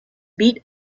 beat